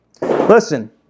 Listen